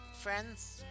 friends